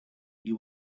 you